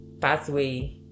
pathway